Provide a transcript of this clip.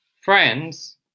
friends